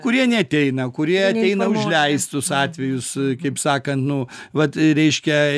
kurie neateina kurie ateina užleistus atvejus kaip sakant nu vat reiškia